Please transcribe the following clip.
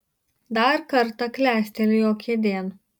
dar kartą klestelėjo kėdėn